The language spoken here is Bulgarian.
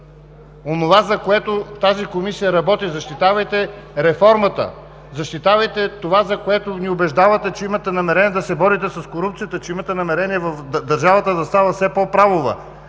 онова, за което тази Комисия работи, защитавайте реформата, защитавайте това, за което ни убеждавате, че имате намерение да се борите – с корупцията, че имате намерение държавата да става все по-правова,